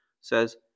says